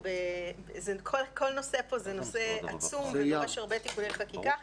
כל נושא פה זה נושא עצום ודורש הרבה תיקוני חקיקה,